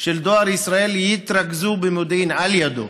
של דואר ישראל יתרכזו במודיעין, לידו.